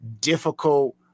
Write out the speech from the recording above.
difficult